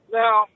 now